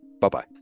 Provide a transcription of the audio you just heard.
Bye-bye